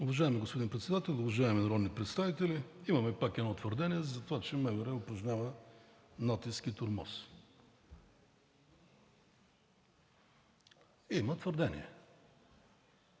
Уважаеми господин Председател, уважаеми народни представители! Имаме пак едно твърдение за това, че МВР упражнява натиск и тормоз. Има твърдение.